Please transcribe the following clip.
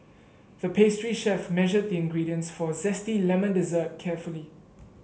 the pastry chef measured the ingredients for a zesty lemon dessert carefully